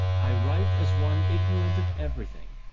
i write as one ignorant of everything,